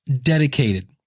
dedicated